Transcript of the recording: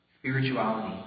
spirituality